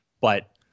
But-